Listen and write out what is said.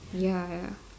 ya ya